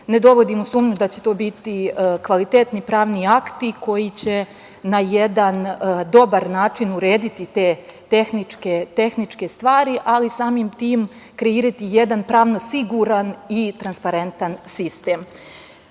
ne dovodim u sumnju da će to biti kvalitetni pravni akti koji će na jedan dobar način urediti te tehničke stvari, ali samim tim kreirati jedan pravno siguran i transparentan